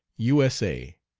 u s a,